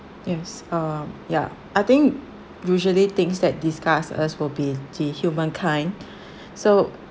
yes um ya I think usually things that disgust us will be the humankind so